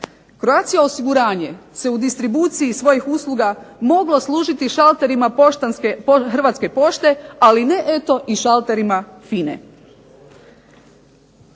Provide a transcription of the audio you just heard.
Croatia osiguranje se u distribuciji svojih usluga mogla koristiti šalterima Hrvatske pošte, ali ne i šalterima FINA-e.